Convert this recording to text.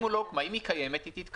אם היא קיימת, היא תתכנס.